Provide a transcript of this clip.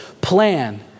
plan